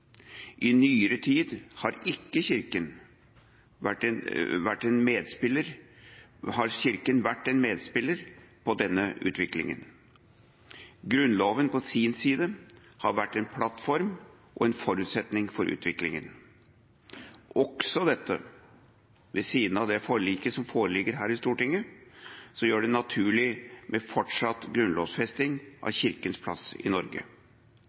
I nyere tid har Kirken vært en medspiller i denne utviklinga. Grunnloven har vært en plattform og en forutsetning for utviklinga, ved siden av det forliket som foreligger her i Stortinget, som gjør det naturlig med fortsatt grunnlovsfesting av Kirkens plass i Norge.